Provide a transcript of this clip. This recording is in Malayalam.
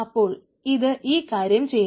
അപ്പോൾ ഇത് ഈ കാര്യം ചെയ്യുന്നു